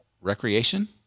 recreation